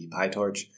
PyTorch